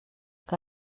que